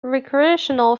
recreational